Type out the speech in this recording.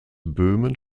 böhmen